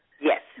yes